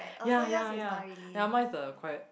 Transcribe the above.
ya ya ya ya mine is the quiet